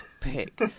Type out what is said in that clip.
pick